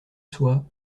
soi